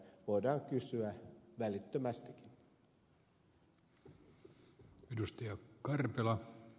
voidaan kysyä välittömästikin